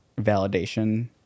validation